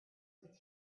were